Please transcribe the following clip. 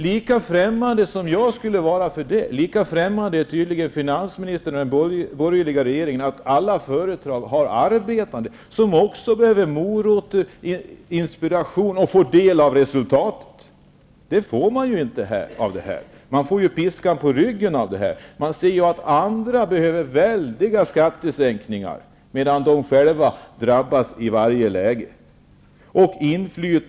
Lika främmande som jag är för detta, lika främmande är tydligen finansministern och den borgerliga regeringen för tanken att alla företag har arbetare som också behöver morot och inspiration. Även de måste få del av vinsten. Detta blir ju inte resultatet, utan man får piskan på ryggen. Man ser ju att andra behöver väldiga skattesänkningar, medan man själv drabbas i varje läge.